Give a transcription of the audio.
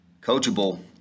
Coachable